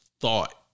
thought